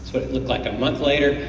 what it looked like a month later,